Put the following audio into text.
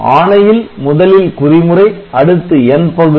ஆணையில் முதலில் குறிமுறை அடுத்து 'n' பகுதி